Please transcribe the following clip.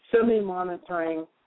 semi-monitoring